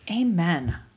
Amen